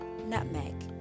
nutmeg